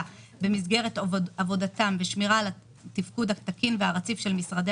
במסגרת עבודתם בשמירה על התפקוד התקין והרציף של משרדי